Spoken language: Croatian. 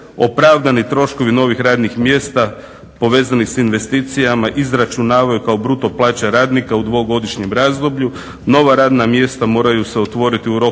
opravdani troškovi novih radnih mjesta povezanih s investicijama izračunavaju kao bruto plaća radnika u dvogodišnjem razdoblju, nova radna mjesta moraju se otvoriti u roku